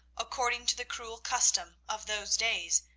according to the cruel custom of those days,